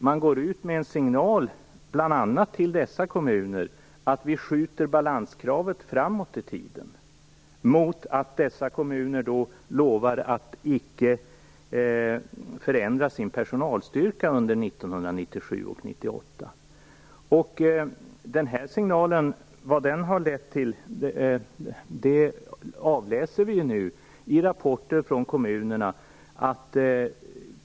Man går ut med en signal, bl.a. till dessa kommuner, om att man skjuter balanskravet framåt i tiden, mot att dessa kommuner lovar att icke förändra sin personalstyrka under 1997 och Vad denna signal har lett till avläser vi nu i rapporter från kommunerna.